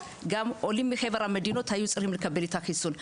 עולים מחבר המדינות היו צריכים לקבל את החיסון.